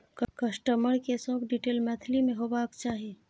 customer के सब detail Maithili में होबाक चाही